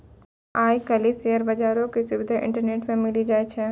आइ काल्हि शेयर बजारो के सुविधा इंटरनेटो पे मिली जाय छै